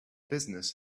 business